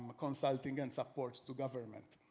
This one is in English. um consulting and support to government.